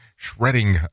Shredding